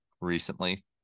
recently